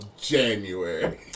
January